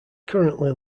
currently